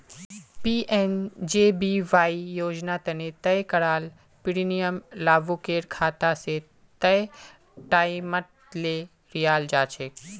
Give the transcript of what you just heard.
PMJBY योजना तने तय कराल प्रीमियम लाभुकेर खाता स तय टाइमत ले लियाल जाछेक